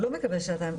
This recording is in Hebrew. הוא לא מקבל שעתיים,